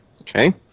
Okay